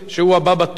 שהוא הבא בתור,